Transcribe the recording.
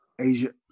Asia